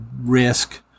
Risk